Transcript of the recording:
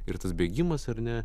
ir tas bėgimas ar ne